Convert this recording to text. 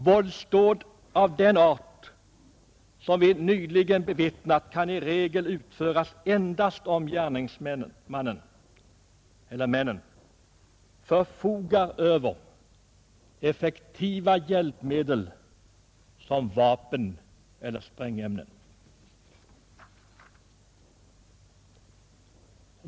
Våldsdåd av den art som vi nyligen bevittnat kan i regel utföras endast om gärningsmannen förfogar över effektiva hjälpmedel som vapen eller sprängämnen.